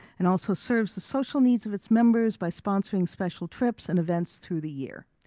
and also serves the social needs of its members by sponsoring special trips and events through the year.